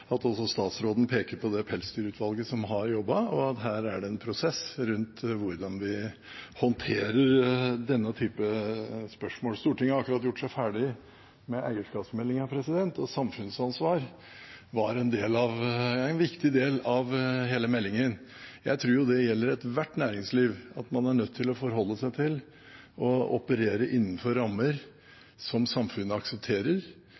at også statsråden peker på det pelsdyrutvalget som har jobbet, og at det her er en prosess rundt hvordan vi håndterer denne type spørsmål. Stortinget har akkurat gjort seg ferdig med eierskapsmeldingen, og samfunnsansvar var en viktig del av hele meldingen. Jeg tror det gjelder ethvert næringsliv, at man er nødt til å forholde seg til å operere innenfor rammer som samfunnet aksepterer,